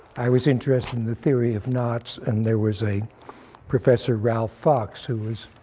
i was interested in the theory of knots, and there was a professor, ralph fox, who was